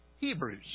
Hebrews